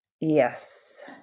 Yes